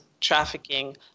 trafficking